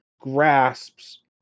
grasps